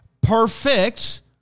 perfect